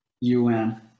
UN